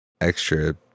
extra